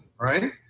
right